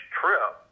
trip